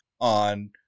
on